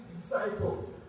disciples